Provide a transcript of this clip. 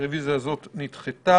הרביזיה הזאת נדחתה.